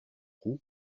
roux